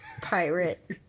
pirate